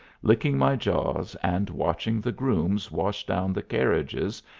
licking my jaws, and watching the grooms wash down the carriages,